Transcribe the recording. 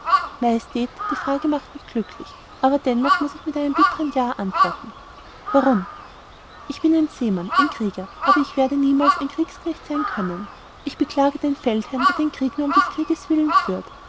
die frage macht mich glücklich aber dennoch muß ich mit einem bittern ja antworten warum ich bin ein seemann ein krieger aber ich werde niemals ein kriegsknecht sein können ich beklage den feldherrn der den krieg nur um des krieges willen führt